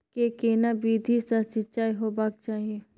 के केना विधी सॅ सिंचाई होबाक चाही?